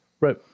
right